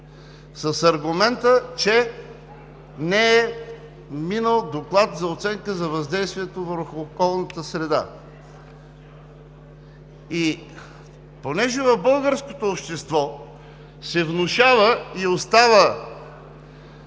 с аргумента, че не е минал доклад за оценка на въздействието върху околната среда. Понеже в българското общество се внушава и остава